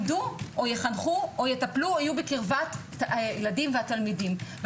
ילמדו או יחנכו או יטפלו או יהיו בקרבת הילדים והתלמידים.